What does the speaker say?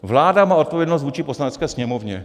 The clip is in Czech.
Vláda má odpovědnost vůči Poslanecké sněmovně.